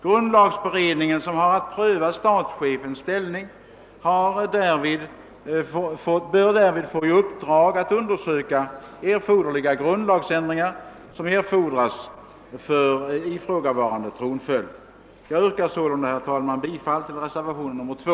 Grundlagberedningen som har att pröva statschefens ställning bör få i uppdrag att därvid undersöka vilka grundlagsändringar som erfordras för att införa sådan tronföljd. Jag yrkar sålunda, herr talman, bifall till reservationen 2.